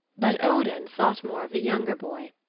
but odin thought more of the younger boy.